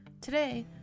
today